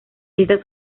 esta